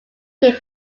gave